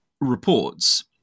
reports